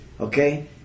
okay